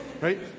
Right